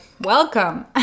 welcome